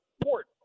port